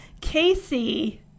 Casey